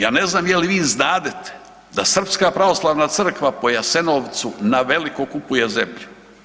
Ja ne znam je li vi znadete da Srpska pravoslavna crkva po Jasenovcu na veliko kupuje zemlje.